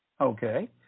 Okay